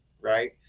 right